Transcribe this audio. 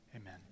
amen